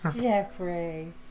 Jeffrey